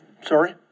Sorry